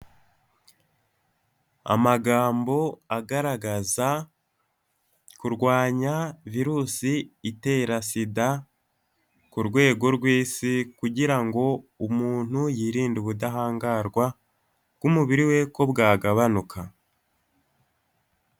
Amagambo agaragaza kurwanya virusi itera SIDA ku rwego rw'isi kugira ngo umuntu yirinde ubudahangarwa bw'umubiri we ko bwagabanuka.